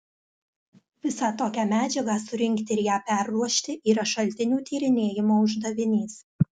visą tokią medžiagą surinkti ir ją perruošti yra šaltinių tyrinėjimo uždavinys